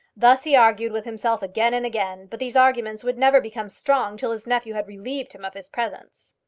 thus he argued with himself again and again but these arguments would never become strong till his nephew had relieved him of his presence.